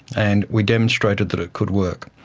and we demonstrated that it could work.